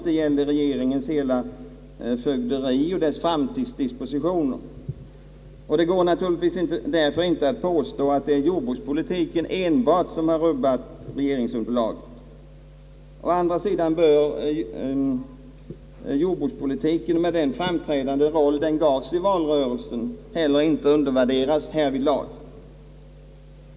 Det gällde regeringens hela fögderi och framtidsdispositioner. Det går naturligtvis därför inte att påstå att det är enbart jordbrukspolitiken som rubbat regeringsunderlaget. Å andra sidan bör jordbrukspolitiken med den framträdande roll som den fick i valrörelsen inte heller undervärderas härvidlag.